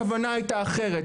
הכוונה הייתה אחרת.